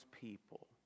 people